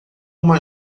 uma